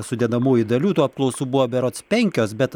sudedamųjų dalių tų apklausų buvo berods penkios bet